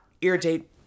irritate